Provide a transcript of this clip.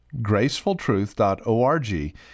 GracefulTruth.org